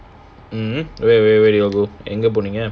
mmhmm wher~ wher~ where did you all go எங்க போனீங்க:enga poneenga